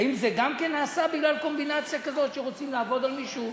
האם זה גם כן נעשה בגלל קומבינציה כזאת שרוצים לעבוד על מישהו?